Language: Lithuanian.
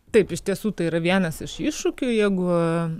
taip iš tiesų tai yra vienas iš iššūkių jeigu